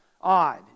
odd